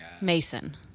Mason